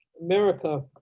America